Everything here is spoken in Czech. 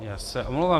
Já se omlouvám.